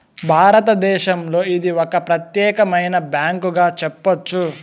భారతదేశంలో ఇది ఒక ప్రత్యేకమైన బ్యాంకుగా చెప్పొచ్చు